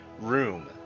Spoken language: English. room